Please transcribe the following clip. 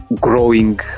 growing